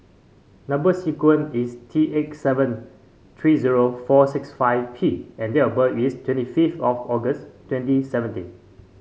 number sequence is T eight seven three zero four six five P and date of birth is twenty fifth of August twenty seventeen